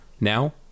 Now